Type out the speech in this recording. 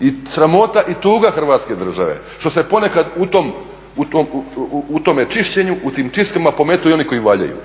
i sramota i tuga Hrvatske države što se ponekad u tome čišćenju, u tim … pometu i oni koji valjaju,